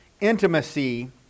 intimacy